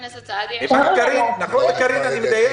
קארין, אני מדייק?